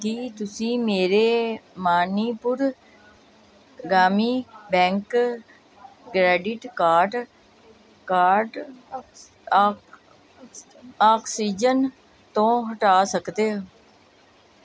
ਕੀ ਤੁਸੀਂਂ ਮੇਰੇ ਮਨੀਪੁਰ ਗ੍ਰਾਮੀਣ ਬੈਂਕ ਕਰੇਡਿਟ ਕਾਰਡ ਕਾਰਡ ਆਕ ਆਕਸੀਜਨ ਤੋਂ ਹਟਾ ਸਕਦੇ